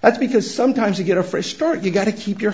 that's because sometimes you get a fresh start you've got to keep your